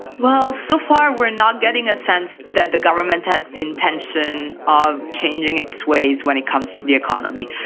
well, so far we are not getting a sense that the government has the intention of changing its ways when it comes to the economy.